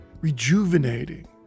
rejuvenating